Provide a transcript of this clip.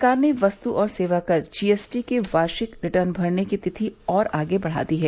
सरकार ने वस्तु और सेवा कर जीएसटी के वार्षिक रिटर्न भरने की तिथि और आगे बढा दी है